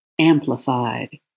amplified